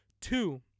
Two